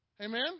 Amen